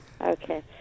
Okay